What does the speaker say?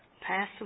passed